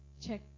check